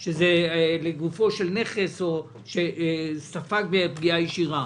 שהוא לגופו של נכס או שספג פגיעה ישירה,